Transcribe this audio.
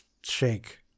shake